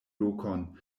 lokon